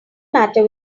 matter